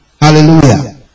Hallelujah